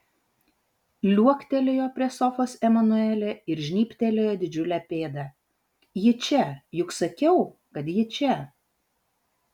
liuoktelėjo prie sofos emanuelė ir žnybtelėjo didžiulę pėdą ji čia juk sakiau kad ji čia